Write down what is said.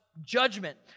judgment